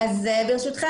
ברשותך,